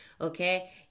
okay